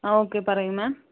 ആ ഓക്കെ പറയൂ മാം